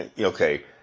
Okay